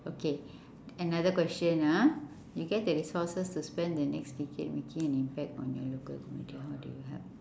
okay another question ah you get the resources to spend the next decade making an impact on your local community how did you help